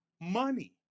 money